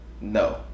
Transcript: No